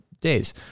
days